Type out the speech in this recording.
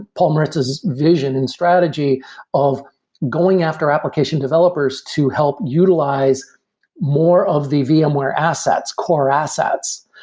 paul maritz's vision and strategy of going after application developers to help utilize more of the vmware assets, core assets.